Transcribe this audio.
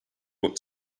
what